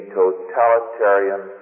totalitarian